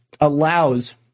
allows